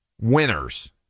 winners